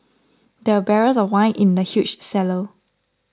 there were barrels of wine in the huge cellar